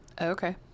Okay